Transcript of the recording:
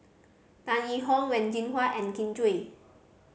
Tan Yee Hong Wen Jinhua and Kin Chui